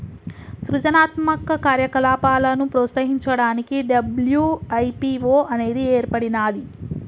సృజనాత్మక కార్యకలాపాలను ప్రోత్సహించడానికి డబ్ల్యూ.ఐ.పీ.వో అనేది ఏర్పడినాది